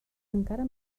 encara